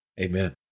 Amen